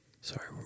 Sorry